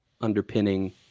Underpinning